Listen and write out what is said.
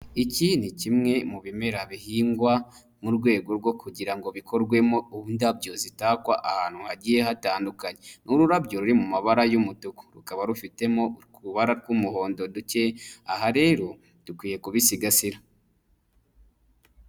Iki ni kimwe mu bimera bihingwa mu rwego rwo kugira bikorwemo indabyo zitagwa ahantu hagiye hatandukanye, ni ururabyo ruri mu mabara y'umutuku, rukaba rufitemo utubara tw'umuhondo duke, aha rero dukwiye kubisigasira.